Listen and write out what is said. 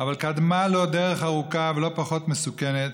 אבל קדמה לו דרך ארוכה ולא פחות מסוכנת,